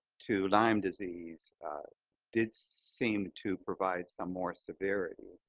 to lyme disease did seem to provide some more severity.